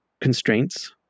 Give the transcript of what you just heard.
constraints